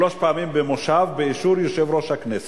שלוש פעמים במושב באישור יושב-ראש הכנסת.